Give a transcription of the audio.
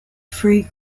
free